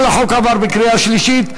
כל החוק עבר בקריאה שלישית.